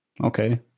Okay